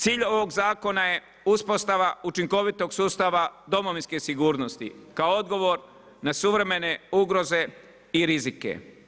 Cilj ovog zakona je uspostava učinkovitog sustava Domovinske sigurnosti kao odgovor na suvremene ugroze i rizike.